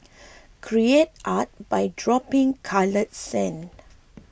create art by dropping coloured sand